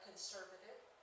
conservative